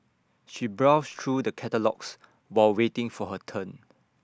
she browsed through the catalogues while waiting for her turn